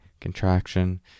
contraction